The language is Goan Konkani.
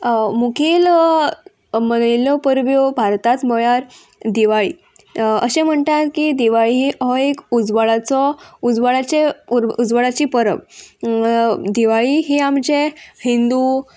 मुखेल मनयल्ल्यो परब्यो भारताच म्हळ्यार दिवाळी अशें म्हणटात की दिवाळी हो एक उजवाडाचो उजवाडाचे उजवाडाची परब दिवाळी ही आमचे हिंदू